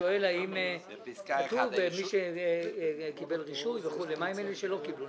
שכתוב מי שקיבל רישוי, אבל מה עם אלה שלא קיבלו?